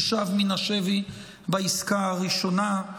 ששב מן השבי בעסקה הראשונה,